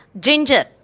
ginger